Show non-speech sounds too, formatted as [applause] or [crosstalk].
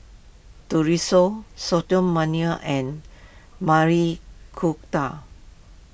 [unintelligible] and Maili Kofta